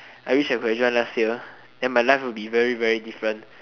I wish I have joined last year then my life will be very very different